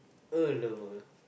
a lover